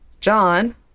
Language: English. John